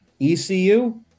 ECU